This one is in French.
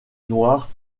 noir